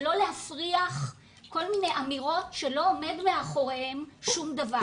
ולא להפריח כל מיני אמירות שלא עומד מאחוריהם שום דבר.